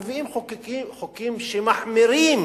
מביאים חוקים שמחמירים